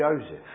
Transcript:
Joseph